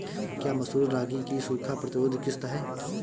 क्या मसूर रागी की सूखा प्रतिरोध किश्त है?